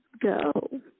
go